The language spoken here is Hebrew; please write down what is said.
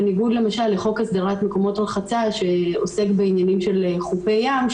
בניגוד למשל לחוק הסדרת מקומות רחצה שעוסק בעניינים של חופי ים,